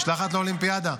משלחת לאולימפיאדה.